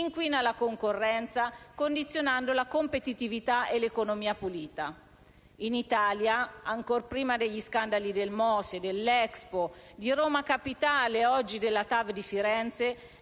inquina la concorrenza, condizionando la competitività e l'economia pulita. In Italia, ancor prima degli scandali del MOSE, dell'Expo, di Mafia Capitale e oggi della TAV di Firenze,